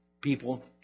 people